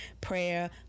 prayer